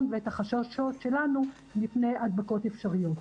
ואת החששות שלנו מפני הדבקות אפשריות.